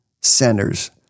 centers